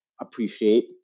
appreciate